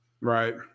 Right